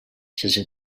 sense